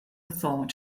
thought